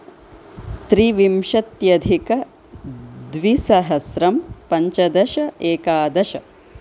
त्रिविंशत्यधिकद्विसहस्रम् पञ्चदश एकादश